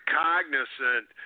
cognizant